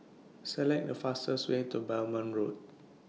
Select The fastest Way to Road